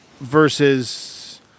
versus